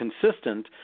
consistent